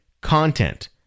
content